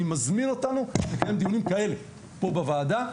אני מזמין אותנו לקיים דיונים כאלה פה בוועדה,